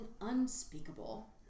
unspeakable